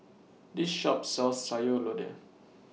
This Shop sells Sayur Lodeh